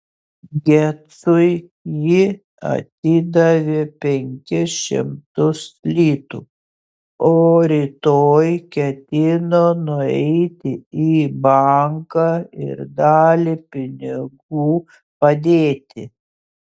gecui ji atidavė penkis šimtus litų o rytoj ketino nueiti į banką ir dalį pinigų padėti